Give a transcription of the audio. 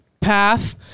path